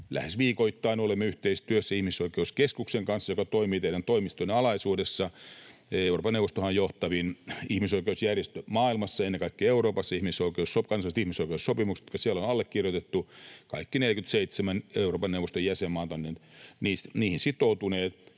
lähes viikoittain, olemme yhteistyössä Ihmisoikeuskeskuksen kanssa, joka toimii teidän toimistonne alaisuudessa. Euroopan neuvostohan on johtavin ihmisoikeusjärjestö maailmassa, ja ennen kaikkea Euroopassa. Niihin kansainvälisiin ihmisoikeussopimuksiin, jotka siellä on allekirjoitettu, kaikki 47 Euroopan neuvoston jäsenmaata ovat sitoutuneet,